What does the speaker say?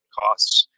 costs